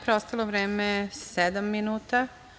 Preostalo vreme sedam minuta.